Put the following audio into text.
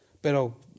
Pero